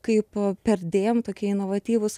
kaip perdėm tokie inovatyvūs